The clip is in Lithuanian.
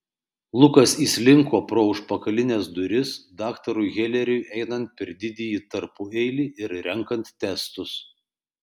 lukas įslinko pro užpakalines duris daktarui heleriui einant per didįjį tarpueilį ir renkant testus